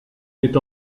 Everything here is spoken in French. est